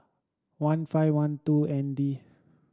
one five one two N D